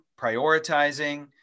prioritizing